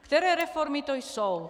Které reformy to jsou.